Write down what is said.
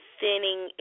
thinning